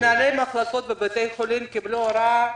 מנהלי מחלקות בבתי חולים קיבלו הוראה